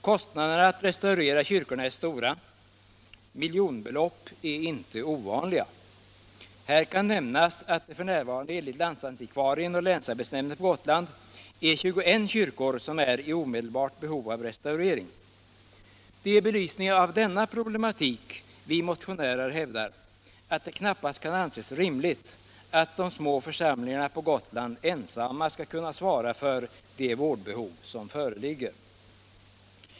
Kostnaderna för att restaurera kyrkorna är stora; miljonbelopp är inte ovanliga. Här kan nämnas att det f.n. enligt landsantikvarien och länsarbetsnämnden på Gotland är 21 kyrkor som är i omedelbart behov av restaurering. Det är i belysning av denna problematik som vi motionärer hävdar att det knappast kan anses rimligt att de små församlingarna på Gotland ensamma skall svara för det vårdbehov som föreligger.